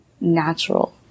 natural